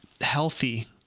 healthy